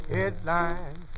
Headlines